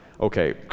Okay